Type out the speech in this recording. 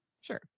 Sure